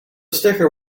sticker